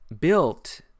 built